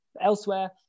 Elsewhere